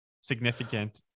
significant